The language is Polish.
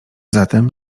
zatem